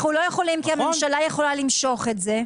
אנחנו לא יכולים כי הממשלה יכולה למשוך את זה.